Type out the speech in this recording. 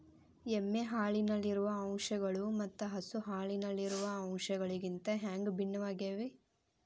ಎಮ್ಮೆ ಹಾಲಿನಲ್ಲಿರುವ ಅಂಶಗಳು ಮತ್ತ ಹಸು ಹಾಲಿನಲ್ಲಿರುವ ಅಂಶಗಳಿಗಿಂತ ಹ್ಯಾಂಗ ಭಿನ್ನವಾಗಿವೆ?